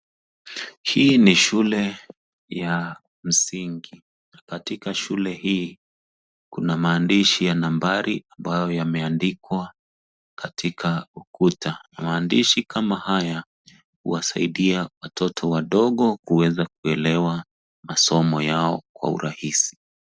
Hii ni shule ya msingi. Na katika shule hii kuna maandishi ya nambari ambayo yameandikwa katika ukuta. Maandishi kama haya, huwasaidia watoto wadogo kuweza kuelewa masomo yao kwa urahisi.